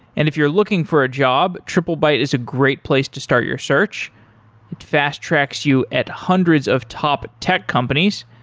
and if you're looking for a job, triplebyte is a great place to start your search, it fast-tracks you at hundreds of top tech companies.